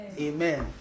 amen